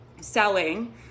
selling